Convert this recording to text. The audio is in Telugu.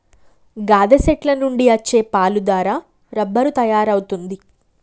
గాదె సెట్ల నుండి అచ్చే పాలు దారా రబ్బరు తయారవుతుంది